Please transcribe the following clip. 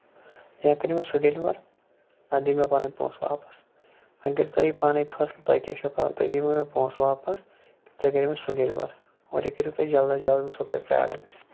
یہِ کٔریو مےٚ سُہ ڈیلِور نہ تہٕ دِیو مےٚ پَنٕنۍ پونسہِ واپَس وۄنۍ کٔریو تُہۍ پانٕے فٲصٕلہٕ تۄہہِ کیاہ چھُو کَرُن تُہۍ دِوا مےٚ پونسہٕ واپَس تُہۍ کٔریو مےٚ سُہ ڈیلِور اور یہِ کٔریو تُہۍ جلد از جلد بہٕ سو تۄہہِ پیاران